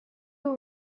will